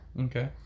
okay